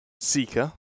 Seeker